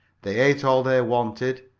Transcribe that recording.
they ate all they wanted,